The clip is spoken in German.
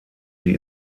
sie